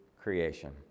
creation